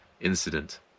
incident